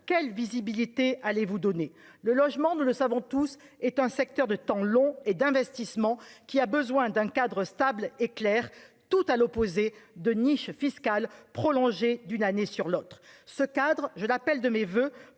quelle visibilité allez- vous donner le logement, nous le savons tous est un secteur de temps long et d'investissement qui a besoin d'un cadre stable et tout à l'opposé de niches fiscales prolongé d'une année sur l'autre, ce cadre, je l'appelle de mes voeux